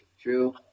True